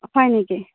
হয় নেকি